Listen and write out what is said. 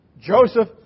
Joseph